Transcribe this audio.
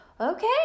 okay